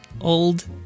Old